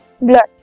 blood